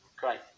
Great